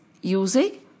using